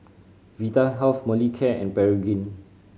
Vitahealth Molicare and Pregain